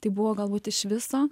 tai buvo galbūt iš viso